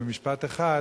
במשפט אחד,